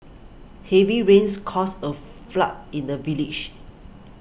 heavy rains caused a flood in the village